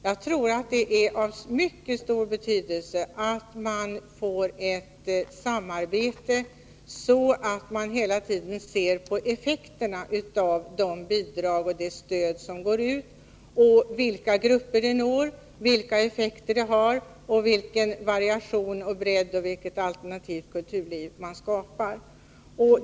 Jag tror att det är av mycket stor betydelse att man får ett samarbete, så att man hela tiden ser på effekterna av de bidrag och det stöd som utgår, vilka grupper som nås, vilka effekterna blir, vilken variation och bredd på kulturlivet och vilket alternativt kulturliv som man därigenom skapar.